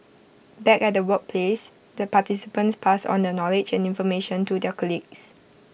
back at the workplace the participants pass on the knowledge and information to their colleagues